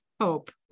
HOPE